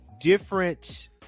different